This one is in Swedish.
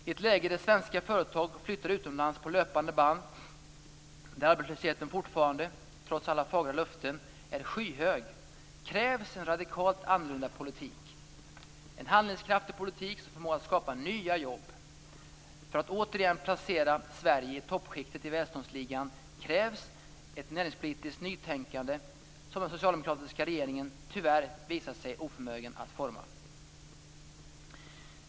I ett läge där svenska företag flyttar utomlands på löpande band, där arbetslösheten fortfarande, trots alla fagra löften, är skyhög, krävs en radikalt annorlunda politik, en handlingskraftig politik som förmår att skapa nya jobb. För att återigen placera Sverige i toppskiktet i välståndsligan krävs ett näringspolitiskt nytänkande som den socialdemokratiska regeringen tyvärr visat sig oförmögen att forma.